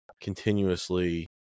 continuously